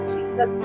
Jesus